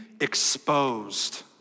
exposed